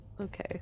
okay